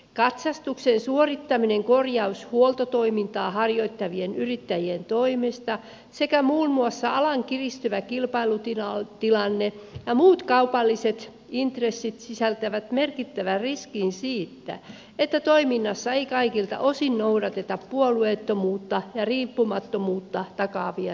katsastuksen suorittaminen korjaus ja huoltotoimintaa harjoittavien yrittäjien toimesta sekä muun muassa alan kiristyvä kilpailutilanne ja muut kaupalliset intressit sisältävät merkittävän riskin siitä että toiminnassa ei kaikilta osin noudateta puolueettomuutta ja riippumattomuutta takaavia säännöksiä